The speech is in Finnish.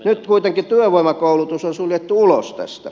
nyt kuitenkin työvoimakoulutus on suljettu ulos tästä